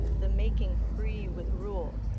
the making free with rule,